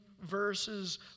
verses